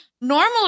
normal